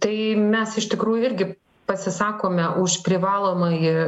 tai mes iš tikrųjų irgi pasisakome už privalomąjį